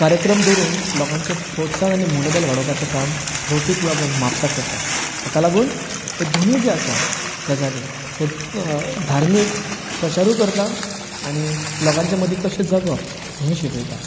कार्यक्रम दवरून लोकांचें प्रोत्साहन आनी मनोबल वाडोवपाचें काम रोटरी क्लब ऑफ म्हापसा करता हाका लागून हें दोनी जें आसा गजाली हें धार्मीक प्रचारूय करता आनी लोकांच्या मदीं कशें जगप हेंयूय शिकयता